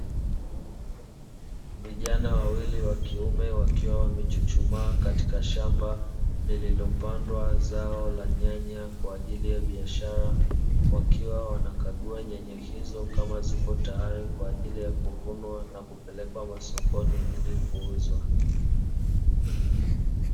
Vijana wawili wa kiume wakiwa wamechuchumaa katika shamba lililopandwa zao la nyanya kwa ajili ya biashara, wakiwa wanakagua nyanya hizo kama zipo tayari kwa ajili ya kuvunwa na kupelekwa masokoni ili ya kuuzwa.